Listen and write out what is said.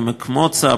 עמק מוצא,